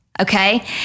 Okay